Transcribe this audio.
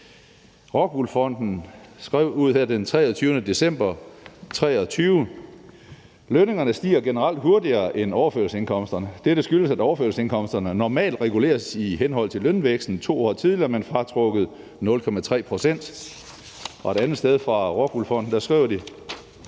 Fonden skrev den 23. december 2023: »Lønningerne stiger generelt hurtigere end overførselsindkomsterne. Dette skyldes, at overførselsindkomsterne normalt reguleres i henhold til lønvæksten to år tidligere, men fratrukket 0,3 procentpoint.« Og et andet sted skriver